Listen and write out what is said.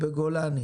ולמטוסים?